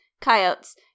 coyotes